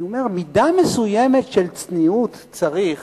אני אומר: מידה מסוימת של צניעות צריך